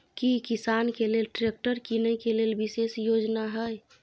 की किसान के लेल ट्रैक्टर कीनय के लेल विशेष योजना हय?